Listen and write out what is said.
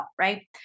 right